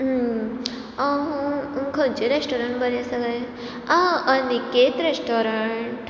आ हें खंयचें रेस्टोरंट आसा काय बरें आ अनिकेत रेस्टोरंट